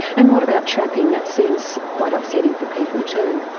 and what about trapping? that seems quite upsetting for people too.